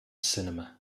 cinema